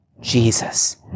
Jesus